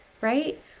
right